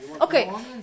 okay